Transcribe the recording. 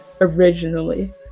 originally